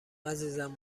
عزیزم